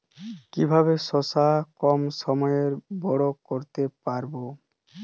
কিভাবে শশা কম সময়ে বড় করতে পারব?